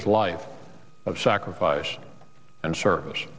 his life of sacrifice and service